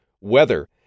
Weather